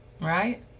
right